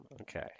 Okay